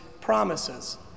promises